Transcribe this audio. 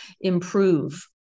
improve